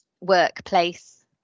workplace